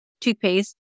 toothpaste